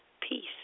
peace